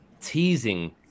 teasing